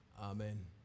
Amen